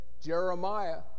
Jeremiah